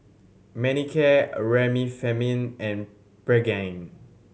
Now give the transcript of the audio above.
Manicare Remifemin and Pregain